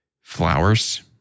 flowers